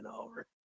over